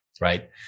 right